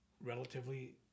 relatively